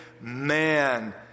man